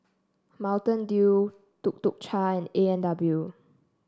Mountain Dew Tuk Tuk Cha A and W